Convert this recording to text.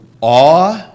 Awe